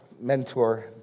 mentor